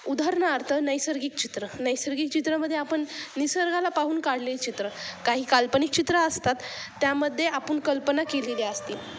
उदाहरणार्थ नैसर्गिक चित्र नैसर्गिक चित्रामध्ये आपण निसर्गाला पाहून काढले चित्र काही काल्पनिक चित्र असतात त्यामध्ये आपण कल्पना केलेली असतील